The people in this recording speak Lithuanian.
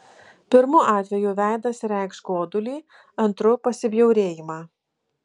pirmu atveju veidas reikš godulį antru pasibjaurėjimą